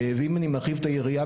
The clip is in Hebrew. ואם אני מרחיב את היריעה,